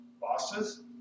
bosses